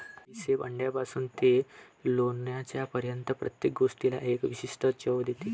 बडीशेप अंड्यापासून ते लोणच्यापर्यंत प्रत्येक गोष्टीला एक विशिष्ट चव देते